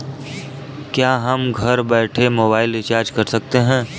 क्या हम घर बैठे मोबाइल रिचार्ज कर सकते हैं?